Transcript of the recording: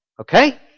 Okay